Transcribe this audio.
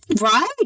Right